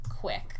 quick